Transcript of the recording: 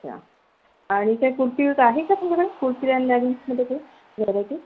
अच्छा आणि काही कुर्तीज आहे का तुमच्याकडे कुर्तीज एंड लॅगिन्समध्ये काही व्हॅरायटी